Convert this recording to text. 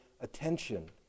attention